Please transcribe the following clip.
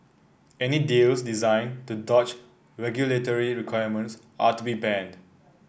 any deals designed to dodge regulatory requirements are to be banned